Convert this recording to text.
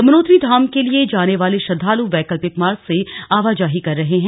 यमुनोत्री धाम के लिए जाने वाले श्रद्वालु वैकल्पिक मार्ग से आवाजाही कर रहे हैं